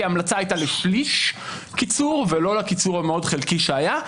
כי ההמלצה הייתה לשליש קיצור ולא לקיצור המאוד חלקי שהיה,